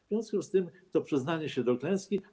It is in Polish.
W związku z tym to przyznanie się do klęski.